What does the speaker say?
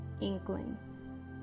inkling